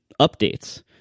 updates